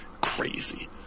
crazy